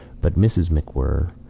but mrs. macwhirr,